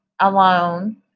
alone